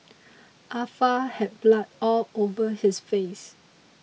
Ah Fa had blood all over his face